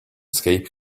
escape